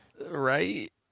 right